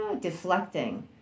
deflecting